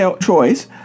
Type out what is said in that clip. choice